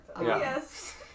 Yes